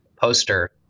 poster